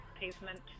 pavement